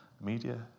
media